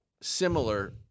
similar